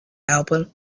album